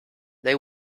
they